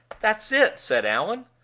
that's it, said allan.